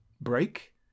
break